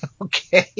Okay